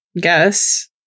guess